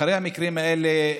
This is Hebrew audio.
אחרי המקרים האלה,